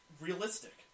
Realistic